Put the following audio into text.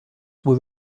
were